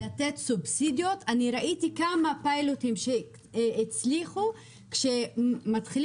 אני ראיתי כמה פיילוטים שהצליחו אחרי שהתחילו